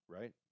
right